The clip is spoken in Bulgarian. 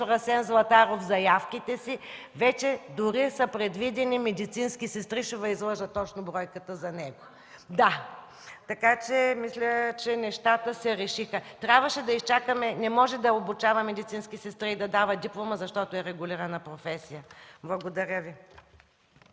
д-р Асен Златаров” заявките си, вече дори са предвидени медицински сестри. Ще Ви излъжа точно бройката. (Реплики.) Да. Мисля, че нещата се решиха. Трябваше да изчакаме. Не може да се обучават медицински сестри и да се дават дипломи, защото е регулирана професия. Благодаря Ви.